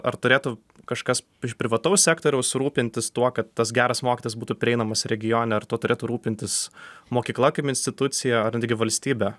ar turėtų kažkas iš privataus sektoriaus rūpintis tuo kad tas geras mokytojas būtų prieinamas regione ir tuo turėtų rūpintis mokykla kaip institucija ar netgi valstybė